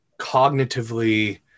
cognitively